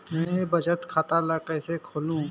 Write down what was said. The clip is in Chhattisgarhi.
मैं बचत खाता ल किसे खोलूं?